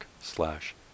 slash